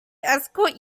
escort